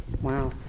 wow